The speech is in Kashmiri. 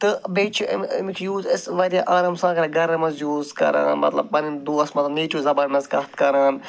تہٕ بیٚیہِ چھِ اَمِکۍ یوٗز أسۍ واریاہ آرام سان گرَن منٛز یوٗز کران مطلب پَنٕنۍ دوس مطلب نیٹِو زَبانہِ منٛز کَتھ کران